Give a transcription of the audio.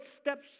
steps